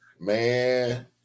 man